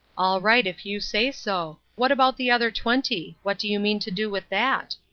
all right, if you say so. what about the other twenty? what do you mean to do with that?